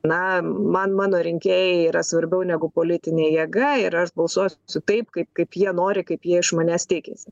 na man mano rinkėjai yra svarbiau negu politinė jėga ir aš balsuosiu taip kaip kaip jie nori kaip jie iš manęs tikisi